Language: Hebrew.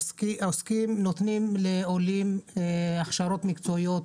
נותנים לעולים הכשרות מקצועיות